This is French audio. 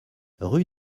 rue